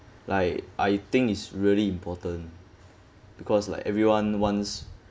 like I think it's really important because like everyone wants